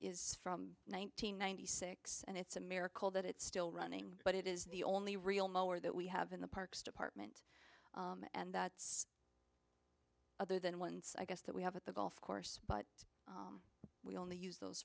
hundred ninety six and it's a miracle that it's still running but it is the only real mower that we have in the parks department and that's other than once i guess that we have at the golf course but we only use those